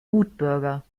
wutbürger